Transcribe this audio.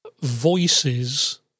voices